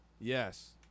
Yes